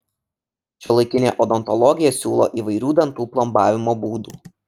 šiuolaikinė odontologija siūlo įvairių dantų plombavimo būdų